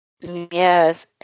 Yes